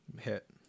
Hit